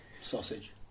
Sausage